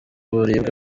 uburibwe